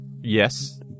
Yes